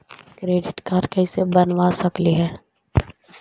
Credit card कैसे बनबा सकली हे?